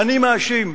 "אני מאשים".